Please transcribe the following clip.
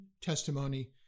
testimony